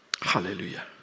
Hallelujah